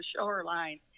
shoreline